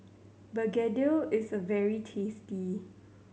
begedil is very tasty